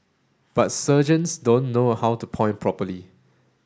but sergeants don't know how to point properly